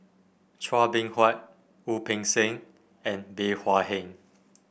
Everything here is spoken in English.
Chua Beng Huat Wu Peng Seng and Bey Hua Heng